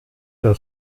der